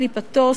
הסרת קליפתו,